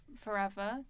forever